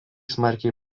smarkiai